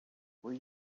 were